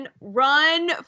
run